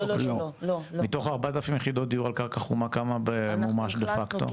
כמה מתוכן כמה ממומש דה פקטו?